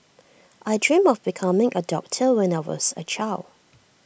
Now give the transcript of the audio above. I dreamt of becoming A doctor when I was A child